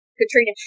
Katrina